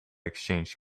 exchange